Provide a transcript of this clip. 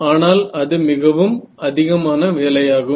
ஆனால் அது மிகவும் அதிகமான வேலையாகும்